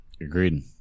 Agreed